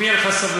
אם תהיה לך סבלנות,